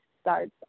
starts